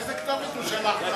לאיזה כתובת הוא שלח לך את המכתב?